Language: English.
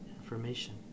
information